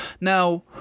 Now